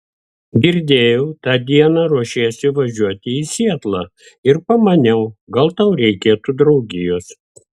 girdėjau tą dieną ruošiesi važiuoti į sietlą ir pamaniau gal tau reikėtų draugijos